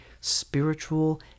spiritual